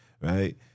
right